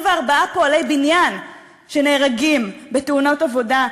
פועלי בניין שנהרגים בתאונות עבודה,